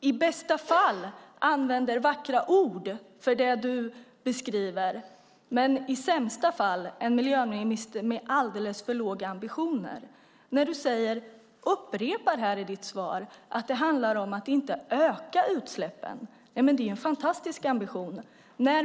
i bästa fall en miljöminister som använder vackra ord för det du beskriver, men i sämsta fall en miljöminister med alldeles för låga ambitioner. Du upprepar att det handlar om att inte öka utsläppen - en fantastisk ambition!